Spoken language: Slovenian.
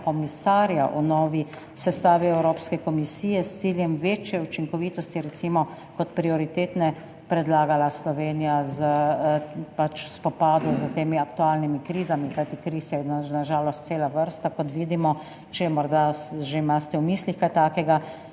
komisarja v novi sestavi evropske komisije s ciljem večje učinkovitosti kot prioritetne predlagala Slovenija v spopadu z aktualnimi krizami? Kajti kriz je na žalost cela vrsta, kot vidimo. Če morda že imate v mislih kaj takega.